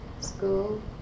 school